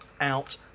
out